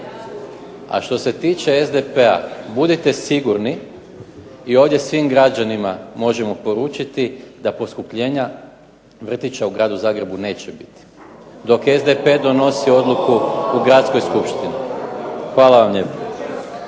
A što se tiče SDP-a budite sigurni i ovdje svim građanima možemo poručiti da poskupljenja vrtića u gradu Zagrebu neće biti, dok SDP donosi odluku u gradskoj skupštini. Hvala vam lijepa.